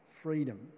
freedom